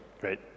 Great